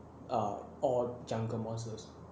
err or jungle mosses